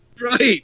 Right